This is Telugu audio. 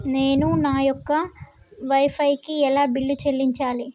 నేను నా యొక్క వై ఫై కి ఎలా బిల్లు చెల్లించాలి?